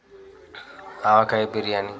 ఆవకాయ biryani